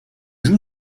joue